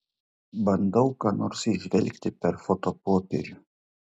bandau ką nors įžvelgti per fotopopierių